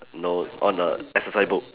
know on the exercise book